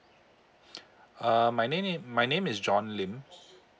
um my name my name is john lim